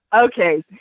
Okay